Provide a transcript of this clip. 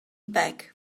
back